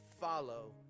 follow